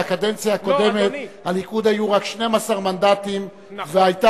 בקדנציה הקודמת לליכוד היו רק 12 מנדטים והיתה